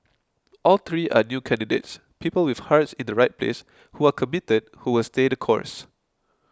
all three are new candidates people with hearts in the right place who are committed who will stay the course